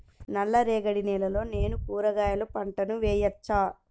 నల్ల రేగడి నేలలో నేను కూరగాయల పంటను వేయచ్చా?